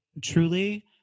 truly